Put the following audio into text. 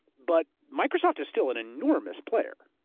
but microsoft is still an enormous player.